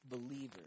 believers